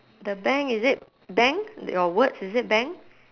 the bank is it bank your words is it bank